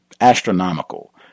astronomical